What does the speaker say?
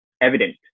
evident